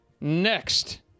Next